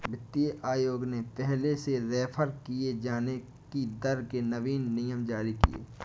वित्तीय आयोग ने पहले से रेफेर किये जाने की दर के नवीन नियम जारी किए